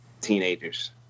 teenagers